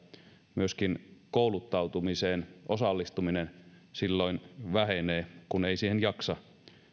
myöskin kouluttautumiseen osallistuminen silloin vähenee kun ei siihen jaksa